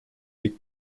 big